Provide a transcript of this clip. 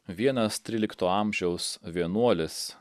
vienas trylikto amžiaus vienuolis